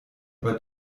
aber